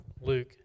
Luke